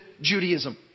Judaism